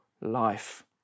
life